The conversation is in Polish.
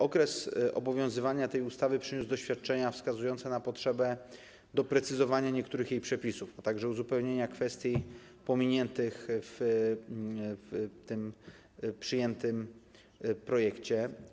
Okres obowiązywania tej ustawy przyniósł doświadczenia wskazujące na potrzebę doprecyzowania niektórych jej przepisów, a także uzupełnienia kwestii pominiętych w przyjętym projekcie.